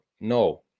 no